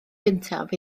gyntaf